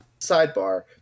sidebar